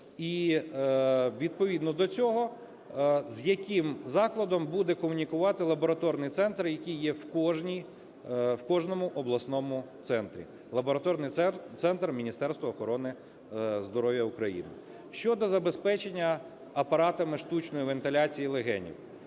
і, відповідно до цього, з яким закладом буде комунікувати лабораторний центр, який є в кожному обласному центрі, лабораторний центр Міністерство охорони здоров'я України. Щодо забезпечення апаратами штучної вентиляції легенів.